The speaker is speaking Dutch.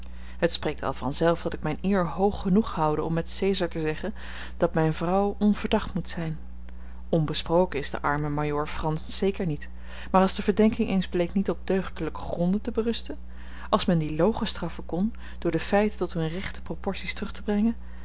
het spreekt wel vanzelf dat ik mijne eer hoog genoeg houde om met cesar te zeggen dat mijne vrouw onverdacht moet zijn onbesproken is de arme majoor frans zeker niet maar als de verdenking eens bleek niet op deugdelijke gronden te berusten als men die logenstraffen kon door de feiten tot hunne rechte proporties terug te brengen